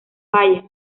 valles